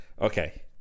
okay